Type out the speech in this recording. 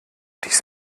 dies